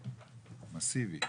מאסיביים.